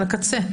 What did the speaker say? על הקצה,